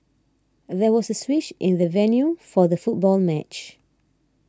there was a switch in the venue for the football match